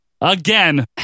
again